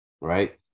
Right